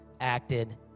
acted